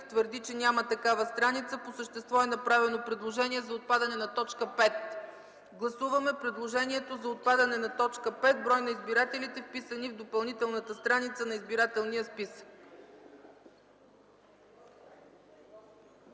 твърди, че няма такава страница. По същество е направено предложение за отпадане на т. 5. Гласуваме предложението за отпадане на т. 5 „броят на избирателите, вписани в допълнителната страница на избирателния списък.